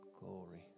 glory